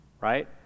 right